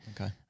Okay